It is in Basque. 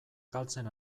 galtzen